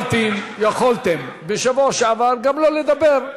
תקשיבו, חברים, יכולתם בשבוע שעבר גם לא לדבר.